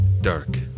dark